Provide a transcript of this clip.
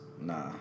nah